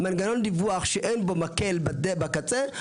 מנגנון דיווח שאין בו מקל בקצה,